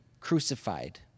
crucified